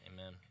amen